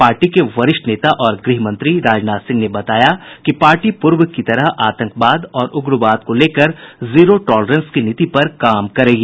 party के वरिष्ठ नेता और गृहमंत्री राजनाथ सिंह ने बताया कि पार्टी पूर्व की तरह आतंकवाद और उग्रवाद को लेकर जीरो टॉलरेंस की नीति पर काम करेगी